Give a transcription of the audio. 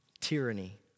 tyranny